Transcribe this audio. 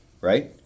right